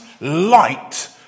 light